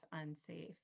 unsafe